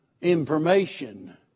information